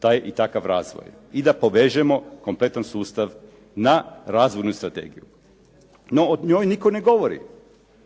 taj i takav razvoj i da povežemo kompletan sustav na razvojnu strategiju. No o njoj nitko ne govori.